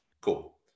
Cool